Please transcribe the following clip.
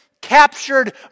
captured